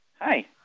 Hi